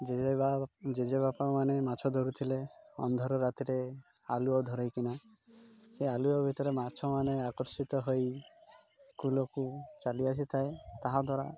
ଜେଜେବା ଜେଜେବାପାମାନେ ମାଛ ଧରୁଥିଲେ ଅନ୍ଧାର ରାତିରେ ଆଲୁଅ ଧରେଇକିନା ସେ ଆଲୁଅ ଭିତରେ ମାଛମାନେ ଆକର୍ଷିତ ହୋଇ କୂଳକୁ ଚାଲି ଆସିଥାଏ ତାହାଦ୍ୱାରା